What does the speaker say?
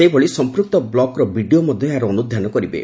ସେହିଭଳି ସମ୍ମକ୍ତ ବୁକର ବିଡ଼ିଓ ମଧ୍ଧ ଏହାର ଅନୁଧାନ କରିବେ